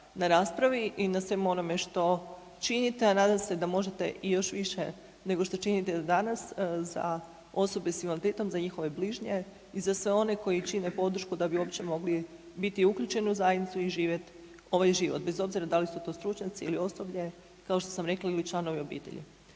na raspravi i na svemu onome što činite, a nadam se da možete i još više nego što činite danas za osobe s invaliditetom, za njihove bližnje i za sve one koji čine podršku da bi uopće mogli biti uključeni u zajednicu i živjeti ovaj život, bez obzira da li su to stručnjaci ili osoblje kao što sam rekla ili članovi obitelji.